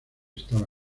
estaba